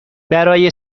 برای